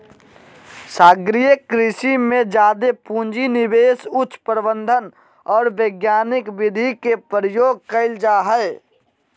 सागरीय कृषि में जादे पूँजी, निवेश, उच्च प्रबंधन और वैज्ञानिक विधि के प्रयोग कइल जा हइ